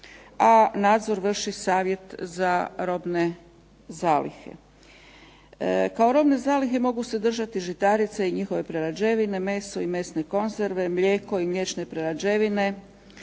a nadzor vrši Savjet za robne zalihe. Kao robne zalihe mogu se držati žitarice i njihove prerađevine, meso i mesne konzerve, mlijeko i mliječne prerađevine,